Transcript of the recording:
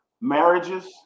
marriages